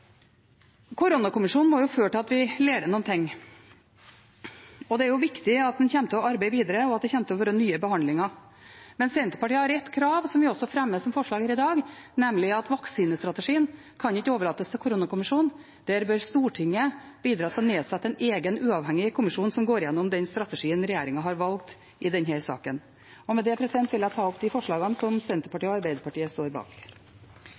Koronakommisjonen må føre til at vi lærer noen ting. Det er viktig at en kommer til å arbeide videre, og at det kommer til å være nye behandlinger, men Senterpartiet har et krav som vi fremmer som forslag her i dag, nemlig at vaksinestrategien ikke kan overlates til koronakommisjonen. Der bør Stortinget bidra til å nedsette en egen, uavhengig kommisjon som går gjennom den strategien regjeringen har valgt i denne saken. Med det vil jeg ta opp de forslagene som Senterpartiet og Arbeiderpartiet står bak.